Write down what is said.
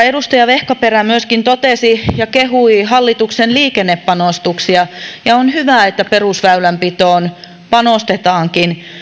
edustaja vehkaperä myöskin kehui hallituksen liikennepanostuksia onkin hyvä että perusväylänpitoon panostetaan